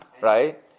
right